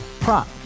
Prop